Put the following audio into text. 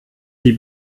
sie